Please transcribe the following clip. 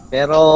Pero